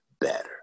better